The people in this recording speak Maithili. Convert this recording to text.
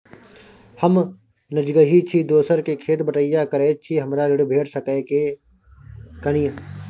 हम निजगही छी, दोसर के खेत बटईया करैत छी, हमरा ऋण भेट सकै ये कि नय?